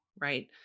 right